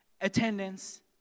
attendance